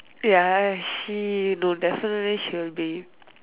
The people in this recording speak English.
ya she no definitely she'll be